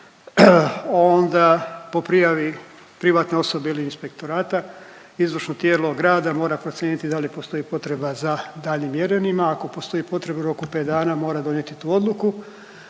onda po prijavi privatne osobe ili inspektorata izvršno tijelo grada mora procijeniti da li postoji potreba za daljnjim mjerenjima. Ako postoji potreba u roku 5 dana mora donijeti tu odluku